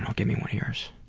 um give me one of yours.